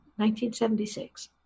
1976